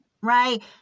right